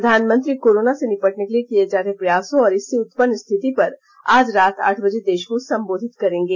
प्रधानमंत्री कोरोना से निपटने के लिए किये जा रहे प्रयासों और इससे उत्पन्न रिथति पर आज रात आठ बजे देष को संबोधित करेंगे